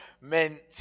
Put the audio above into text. meant